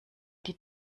die